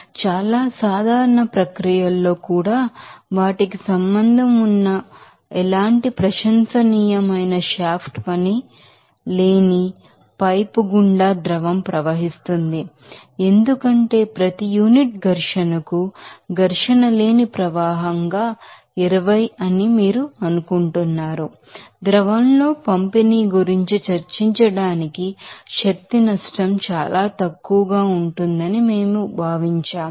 కాబట్టి చాలా సాధారణ ప్రక్రియల్లో కూడా వాటికి సంబంధం ఉన్న ఎలాంటి ప్రశంసనీయమైన షాఫ్ట్ పని లేని పైపు గుండా ద్రవం ప్రవహిస్తుంది ఎందుకంటే ప్రతి యూనిట్ ఫ్రిక్షన్ కు ఫ్రిక్షన్లెస్ ఫ్లో రేట్ గా 20 అని మీరు అనుకుంటున్నారు ద్రవంలో పంపిణీగురించి చర్చించడానికి శక్తి నష్టం చాలా తక్కువగా ఉంటుందని మేము భావించాము